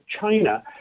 China